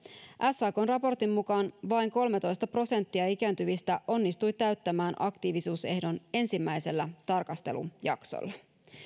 sakn raportin mukaan vain kolmetoista prosenttia ikääntyvistä onnistui täyttämään aktiivisuusehdon ensimmäisellä tarkastelujaksolla